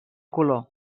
color